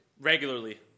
regularly